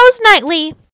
nightly